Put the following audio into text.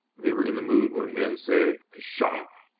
they were in the mood when men say pshaw!